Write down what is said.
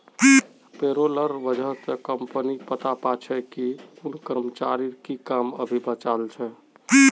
पेरोलेर वजह स कम्पनी पता पा छे कि कुन कर्मचारीर की काम अभी बचाल छ